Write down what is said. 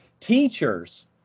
teachers